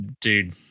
dude